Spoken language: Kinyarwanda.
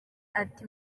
ati